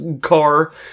car